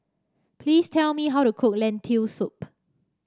please tell me how to cook Lentil Soup